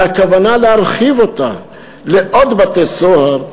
והכוונה היא להרחיב אותה לעוד בתי-סוהר.